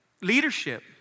leadership